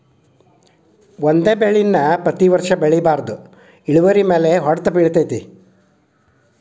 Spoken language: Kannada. ಒಂದೇ ಬೆಳೆ ನಾ ಪ್ರತಿ ವರ್ಷ ಬೆಳಿಬಾರ್ದ ಇಳುವರಿಮ್ಯಾಲ ಹೊಡ್ತ ಬಿಳತೈತಿ